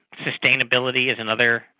sustainability is another.